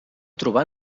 trobar